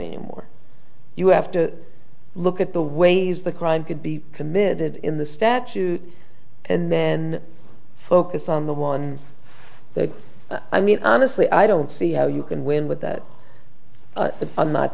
anymore you have to look at the ways the crime could be committed in the statute and then focus on the one that i mean honestly i don't see how you can win with that